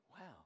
wow